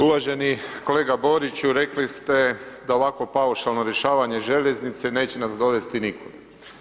Uvaženi kolega Boriću, rekli ste da ovakvo paušalno rješavanje željeznice neće nas dovesti nikud.